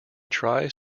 tries